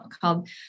called